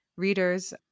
Readers